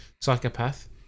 psychopath